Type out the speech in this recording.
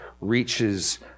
reaches